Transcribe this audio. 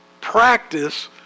practice